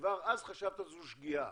כבר אז חשבת שזו שגיאה,